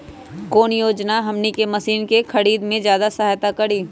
कौन योजना हमनी के मशीन के खरीद में ज्यादा सहायता करी?